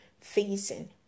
facing